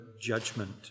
judgment